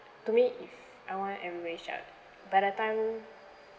to me if I want I will really shout by that time